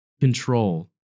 control